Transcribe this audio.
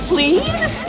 Please